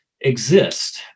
exist